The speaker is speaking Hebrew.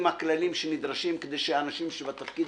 עם הכללים שנדרשים כדי שהאנשים בתפקיד